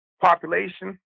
population